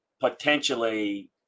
potentially